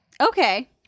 Okay